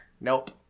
Nope